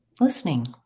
listening